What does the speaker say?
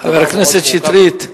חבר הכנסת שטרית,